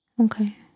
Okay